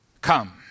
Come